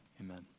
Amen